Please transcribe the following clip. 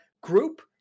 group